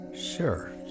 Sure